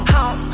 Home